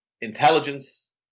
intelligence